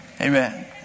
Amen